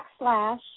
Backslash